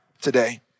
today